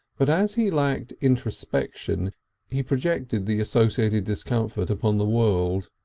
but as he lacked introspection he projected the associated discomfort upon the world.